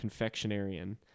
confectionarian